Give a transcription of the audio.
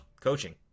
coaching